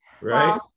right